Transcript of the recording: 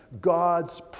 God's